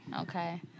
Okay